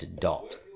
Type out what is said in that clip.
dot